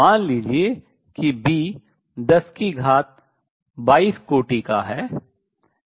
मान लीजिए कि B 1022 कोटि का है